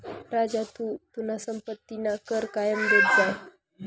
राजू तू तुना संपत्तीना कर कायम देत जाय